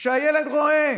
כשהילד רואה,